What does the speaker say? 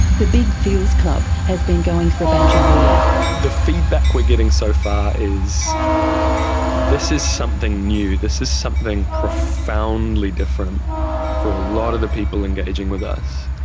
the big feels club has been going for about a year. the feedback we are getting so far is this is something new, this is something profoundly different for a lot of the people engaging with us.